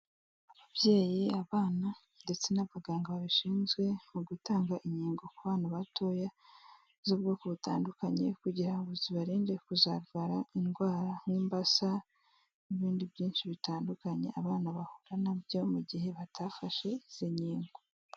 Ababyeyi, abana ndetse n'abaganga babishinzwe mu gutanga inkingo ku bana batoya z'ubwoko butandukanye, kugira ngo zibarinde kuzarwara indwara nk'imbasa n'ibindi byinshi bitandukanye, abana bahura na byo mu gihe batafashe izi nkingo.